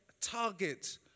target